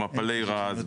במפלי רז,